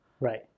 right